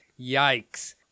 Yikes